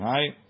Right